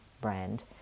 brand